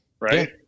Right